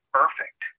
perfect